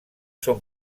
són